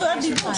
4 בסעיף 8,